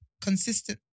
Consistent